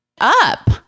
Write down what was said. up